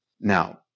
Now